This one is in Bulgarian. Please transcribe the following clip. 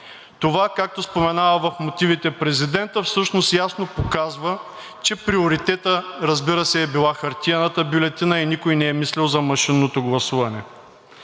Това, както споменава в мотивите президентът, всъщност ясно показва, че приоритетът, разбира се, е била хартиената бюлетина и никой не е мислил за машинното гласуване.